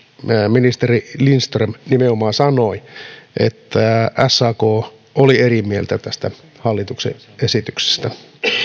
ministeri lindström nimenomaan sanoi että sak oli eri mieltä tästä hallituksen esityksestä